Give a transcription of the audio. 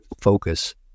focus